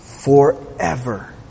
forever